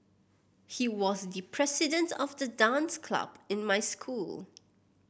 he was the president of the dance club in my school